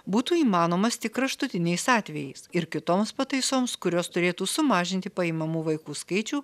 būtų įmanomas tik kraštutiniais atvejais ir kitoms pataisoms kurios turėtų sumažinti paimamų vaikų skaičių